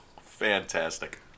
fantastic